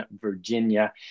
Virginia